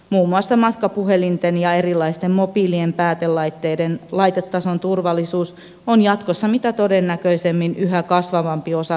muun muassa matkapuhelinten ja erilaisten mobiilien päätelaitteiden laitetason turvallisuus on jatkossa mitä todennäköisimmin yhä kasvavampi osa kyberturvallisuutta